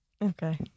Okay